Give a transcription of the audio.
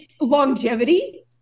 longevity